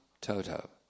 Toto